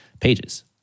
pages